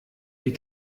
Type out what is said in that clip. die